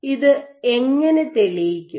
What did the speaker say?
ഇത് എങ്ങനെ തെളിയിക്കും